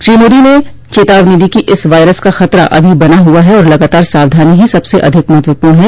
श्री मोदी ने चेतावनी दी कि इस वायरस का खतरा अभी बना हुआ है और लगातार सावधानी ही सबसे अधिक महत्वपूर्ण है